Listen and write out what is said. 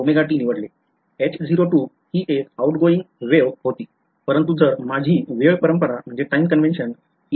म्हणून मी निवडले ही एक आउटगोइंग लाट होती परंतु जर माझीवेळ परंपरा म्हणजे time convention असेल तर